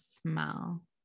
smell